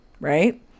right